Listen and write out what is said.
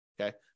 Okay